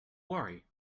worry